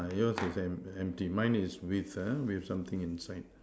yours is emp~ empty mine is with ah with something inside